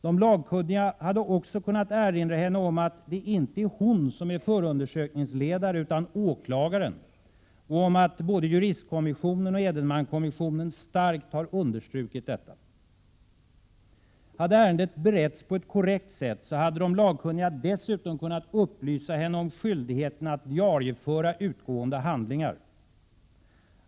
De lagkunniga hade också kunnat erinra henne om att det inte är hon som är förundersökningsledare utan åklagaren och om att både juristkommissionen och Edenmankommissionen starkt har understrukit detta. Hade ärendet beretts på ett korrekt sätt, så hade de lagkunniga dessutom kunnat upplysa henne om skyldigheten att diarieföra utgående handlingar.